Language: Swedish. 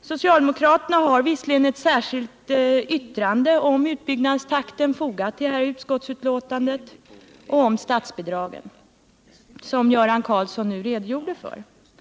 Socialdemokraterna har visserligen avgett ett särskilt yttrande om utbyggnadstakten och statsbidragen, som Göran Karlsson nu redogjorde för.